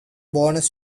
bonus